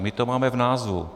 My to máme v názvu.